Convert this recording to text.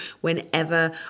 whenever